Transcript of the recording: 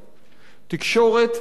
תקשורת מגוונת,